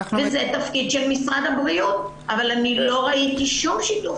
זה תפקיד של משרד הבריאות אבל אני לא ראיתי שום שיתוף